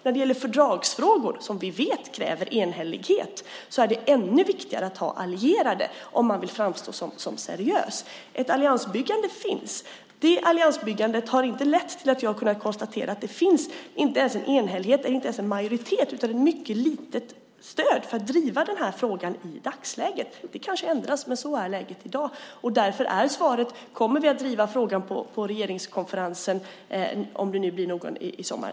När det gäller fördragsfrågor, som vi vet kräver enhällighet, är det ännu viktigare att ha allierade om man vill framstå som seriös. Ett alliansbyggande finns. Det alliansbyggandet har inte lett till resultat. Jag har kunnat konstatera att det inte finns en enhällighet och inte ens en majoritet utan ett mycket litet stöd för att driva frågan i dagsläget. Det kanske ändras. Men så är läget i dag. Frågan är: Kommer vi att driva frågan på regeringskonferensen, om det nu blir någon i sommar?